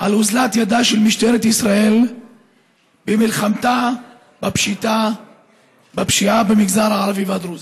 על אוזלת ידה של משטרת ישראל במלחמתה בפשיעה במגזר הערבי והדרוזי.